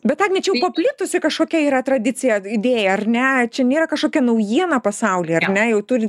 bet agne čia jau paplitusi kažkokia yra tradicija idėja ar ne čia nėra kažkokia naujiena pasaulyje ar ne jau turi